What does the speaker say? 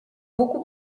beaucoup